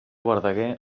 verdaguer